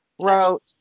wrote